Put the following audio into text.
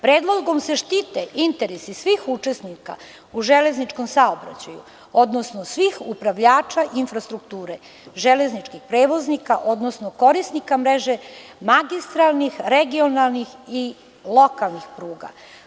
Predlogom se štite interesi svih učesnika u železničkom saobraćaju, odnosno svih upravljača infrastrukture, železničkih prevoznika, odnosno korisnika mreže, magistralnih, regionalnih i lokalnih pruga.